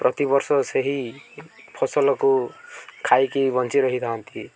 ପ୍ରତିବର୍ଷ ସେହି ଫସଲକୁ ଖାଇକି ବଞ୍ଚି ରହିଥାନ୍ତି